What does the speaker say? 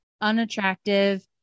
unattractive